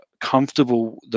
comfortable